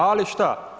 Ali šta?